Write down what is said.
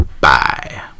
Bye